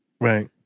Right